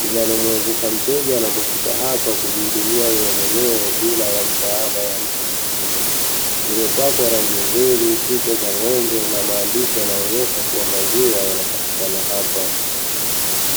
linalomuwezesha mteja anapofika hapa kujihudumia yeye mwenyewe bila msaada wa mtu mwingine, limepakwa rangi nzuri, picha ya ng'ombe na maandishi yanayoonyesha maziwa yanapatikana hapa.